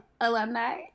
Alumni